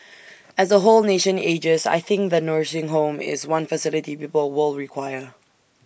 as the whole nation ages I think the nursing home is one facility people will require